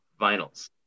vinyls